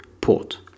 port